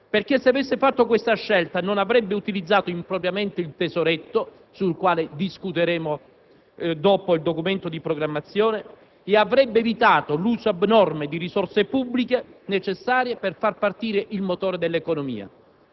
Se avesse fatto questa scelta non avrebbe utilizzato impropriamente il tesoretto - sul quale discuteremo dopo il Documento di programmazione economico-finanziaria - e avrebbe evitato l'uso abnorme di risorse pubbliche necessarie per far partire il motore dell'economia.